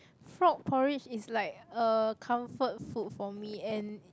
frog porridge is like a comfort food for me and